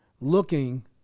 looking